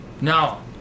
No